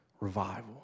revival